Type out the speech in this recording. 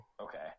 Okay